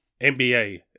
NBA